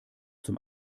zum